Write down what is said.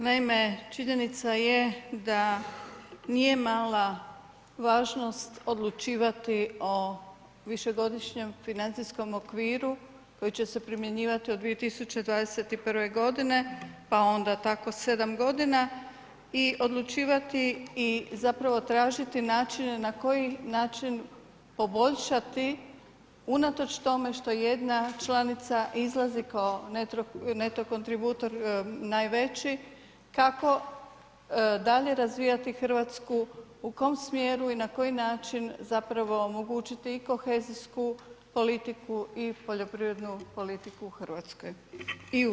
Naime, činjenica je da nije mala važnost odlučivati o višegodišnjem financijskom okviru koji će se primjenjivati od 2021. godine pa onda tako 7 godina i odlučivati i zapravo tražiti načine na koji način poboljšati unatoč tome što jedna članica izlazi kao net contributor najveći, kako dalje razvijati Hrvatsku, u kom smjeru i na koji način zapravo omogućiti i kohezijsku politiku i poljoprivrednu politiku u Hrvatskoj i u Europi.